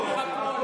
תספר הכול.